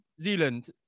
zealand